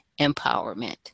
Empowerment